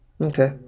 Okay